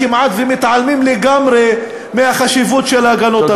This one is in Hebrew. מתעלמים כמעט לגמרי מהחשיבות של ההגנות הללו.